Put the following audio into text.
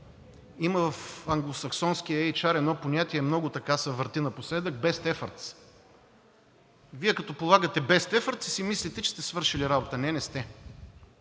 Има в англосаксонския HR едно понятие, много се върти напоследък, best efforts. Вие, като полагате best efforts, и си мислите, че сте свършили работа. Не, не сте!